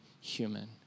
human